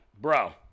bro